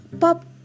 Pop